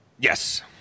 Yes